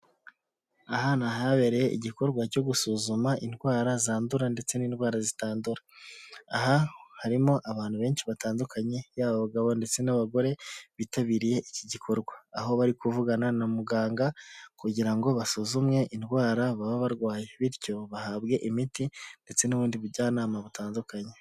Aha ni ahabereye igikorwa cyo gusuzuma indwara zandura ndetse n'indwara zitandura, aha harimo abantu benshi batandukanye, yaba abagabo, ndetse n'abagore bitabiriye iki gikorwa, aho bari kuvugana na muganga kugira ngo basuzumwe indwara baba barwaye, bityo bahabwe imiti ndetse n'ubundi bujyanama butandukanye.